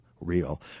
real